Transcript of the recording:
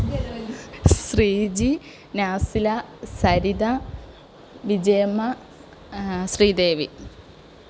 Sreeji Nasila Saritha Vijayamma Sridevi